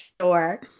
sure